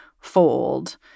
fold